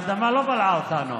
האדמה לא בלעה אותנו